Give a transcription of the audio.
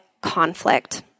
conflict